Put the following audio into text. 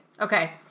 Okay